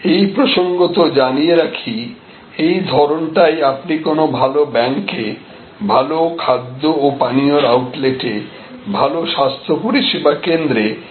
এই প্রসঙ্গত জানিয়ে রাখি এই ধরনটাই আপনি কোন ভাল ব্যাংকে ভালো খাদ্য ও পানীয়ের আউটলেটে ভালো স্বাস্থ্যপরিসেবা কেন্দ্রে এটাই দেখেন